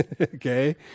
Okay